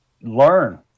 learn